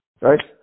right